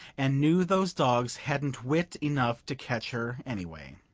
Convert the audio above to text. and knew those dogs hadn't wit enough to catch her, anyway.